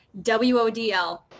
WODL